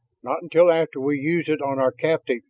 not until after we use it on our captive,